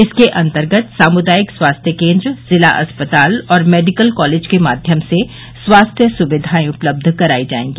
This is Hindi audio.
इसके अन्तर्गत सामुदायिक स्वास्थ्य केन्द्र जिला अस्पताल और मेडिकल कालेज के माध्यम से स्वास्थ्य सुविधायें उपलबध करायी जायेंगी